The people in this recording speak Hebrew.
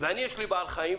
יש לי בעל חיים,